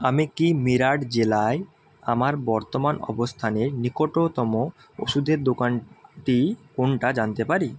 আমি কি মীরঠ জেলায় আমার বর্তমান অবস্থানের নিকটতম ওষুধের দোকানটি কোনটা জানতে পারি